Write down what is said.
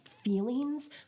Feelings